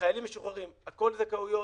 חיילים משוחררים הכול זכאויות,